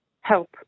help